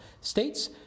states